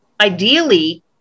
ideally